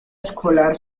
escolar